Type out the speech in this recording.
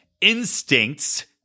instincts